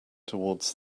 towards